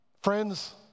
Friends